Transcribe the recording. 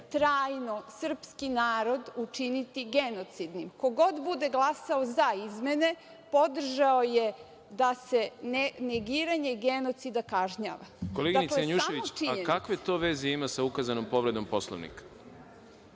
trajno srpski narod učiniti genocidnim. Ko god bude glasao za izmene, podržao je da se negiranje genocida kažnjava. **Đorđe Milićević** Koleginice Janjušević, kakve to veze ima sa ukazanom povredom Poslovnika?